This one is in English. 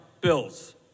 bills